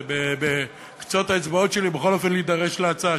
זה בקצות האצבעות שלי בכל אופן להידרש להצעה